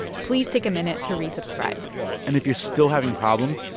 please take a minute to resubscribe and if you're still having problems,